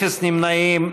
אפס נמנעים.